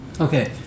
Okay